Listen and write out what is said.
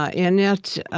ah and yet,